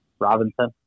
Robinson